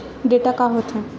Data का होथे?